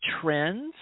trends